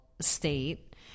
state